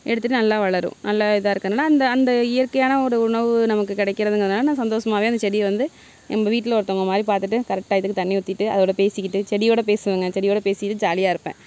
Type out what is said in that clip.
எடுத்துகிட்டு நல்லா வளரும் நல்லா இதாக இருக்கல அந்த அந்த இயற்கையான ஒரு உணவு நமக்கு கிடைக்குறதுனால நான் சந்தோசமாகவே அந்த செடி வந்து எங்கள் வீட்டில் ஒருத்தவங்க மாதிரி பார்த்துட்டு கரெக்ட் டையத்துக்கு தண்ணி ஊத்திகிட்டு அதோட பேசிகிட்டு செடியோட பேசுவங்க செடியோட பேசிகிட்டு ஜாலியாக இருப்பேன்